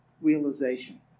realization